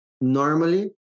Normally